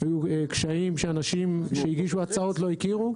היו קשיים שאנשים שהגישו הצעות לא הכירו.